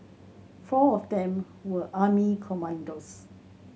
four of them were army commandos